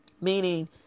Meaning